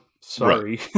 Sorry